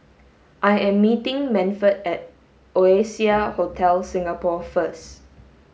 I am meeting Manford at Oasia Hotel Singapore first